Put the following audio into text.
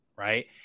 Right